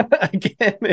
again